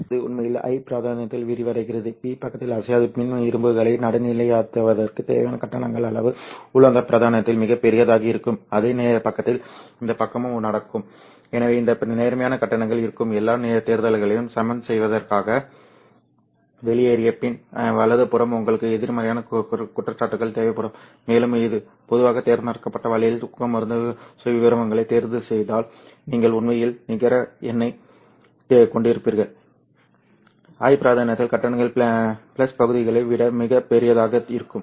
இந்த பகுதி உண்மையில் I பிராந்தியத்தில் விரிவடைகிறது P பபக்கத்தில் அசையாத மண் இரும்புகளை நடுநிலையாக்குவதற்கு தேவையான கட்டணங்களின் அளவு உள்ளார்ந்த பிராந்தியத்தில் மிகப் பெரியதாக இருக்கும் அதே பக்கத்தில் இந்த பக்கமும் நடக்கும் எனவே இந்த நேர்மறையான கட்டணங்கள் இருக்கும் எல்லா தேர்தல்களையும் சமன் செய்வதற்காக வெளியேறிய பின் வலதுபுறம் உங்களுக்கு எதிர்மறையான குற்றச்சாட்டுகள் தேவைப்படும் மேலும் இது பொதுவாக தேர்ந்தெடுக்கப்பட்ட வழியில் ஊக்கமருந்து சுயவிவரங்களைத் தேர்வுசெய்தால் நீங்கள் உண்மையில் நிகர எண்ணைக் கொண்டிருப்பீர்கள் I பிராந்தியத்தில் கட்டணங்கள் பிளஸ் பகுதிகளை விட மிகப் பெரியதாக இருக்கும்